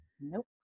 nope